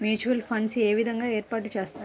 Mutual funds ఏ విధంగా ఏర్పాటు చేస్తారు?